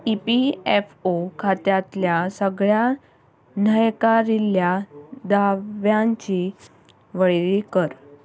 E P F O खात्यातल्या सगळ्या न्हयकारिल्ल्या दाव्यांची वळेरी कर